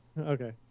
Okay